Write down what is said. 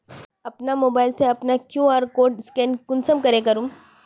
अपना मोबाईल से अपना कियु.आर कोड स्कैन कुंसम करे करूम?